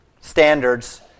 standards